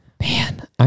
Man